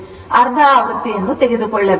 ಅರ್ಧಆವೃತ್ತಿ ತೆಗೆದುಕೊಳ್ಳಬೇಕು